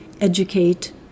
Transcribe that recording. educate